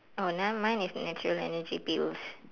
oh then mine is natural energy pills